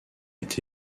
est